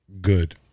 Good